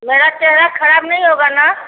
मेरा चेहरा ख़राब नहीं होगा ना